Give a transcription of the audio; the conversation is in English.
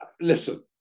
listen